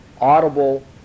audible